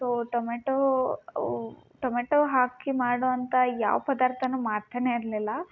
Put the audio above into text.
so tomato uh tomato ಹಾಕಿ ಮಾಡುವಂಥ ಯಾವ ಪದಾರ್ಥವೂ ಮಾಡ್ತಲೇ ಇರಲಿಲ್ಲ